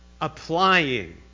applying